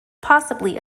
possibly